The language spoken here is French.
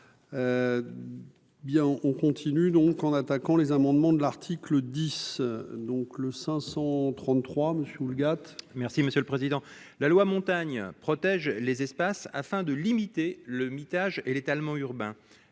Bien on continue donc en attaquant les amendements de l'article 10 donc, le 533 monsieur Houlgate. Merci monsieur le président, la loi montagne protège les espaces afin de limiter le mitage et l'étalement urbain